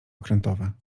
okrętowe